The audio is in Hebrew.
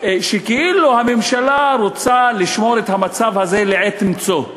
שכאילו הממשלה רוצה לשמור את המצב הזה לעת מצוא.